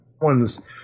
one's